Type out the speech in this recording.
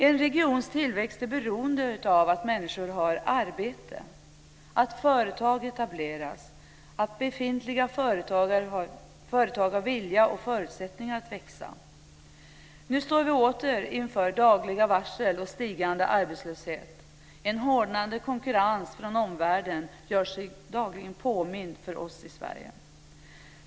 En regions tillväxt är beroende av att människor har arbete, att företag etableras och att befintliga företag har vilja och förutsättningar att växa. Nu står vi åter inför dagliga varsel och stigande arbetslöshet. En hårdnande konkurrens från omvärlden gör sig dagligen påmind för oss i Sverige.